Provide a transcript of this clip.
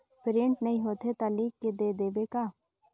Print नइ होथे ता लिख के दे देबे का?